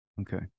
Okay